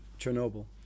Chernobyl